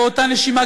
באותה נשימה,